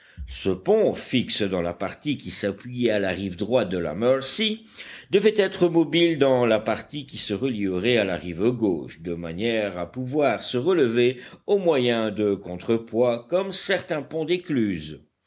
ce pont fixe dans la partie qui s'appuyait à la rive droite de la mercy devait être mobile dans la partie qui se relierait à la rive gauche de manière à pouvoir se relever au moyen de contre-poids comme certains ponts d'écluse